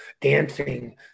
dancing